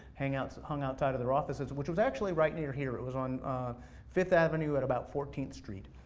hung outside hung outside their offices, which was actually right near here, it was on fifth avenue, at about fourteenth street.